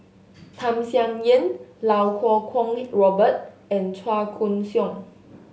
Tham Sien Yen Iau Kuo Kwong Robert and Chua Koon Siong